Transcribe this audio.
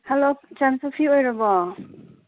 hello ꯑꯣꯏꯔꯕ꯭ꯔꯣ